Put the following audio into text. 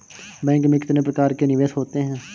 Bank में कितने प्रकार के निवेश होते हैं?